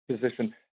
position